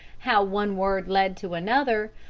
how one word led to another,